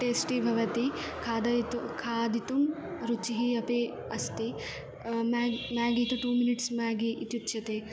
tasty भवति खादयितुं खादितुं रुचिः अपि अस्ति म्याग् म्यागि इति टु मिनिट्स् म्यागि इत्युच्यते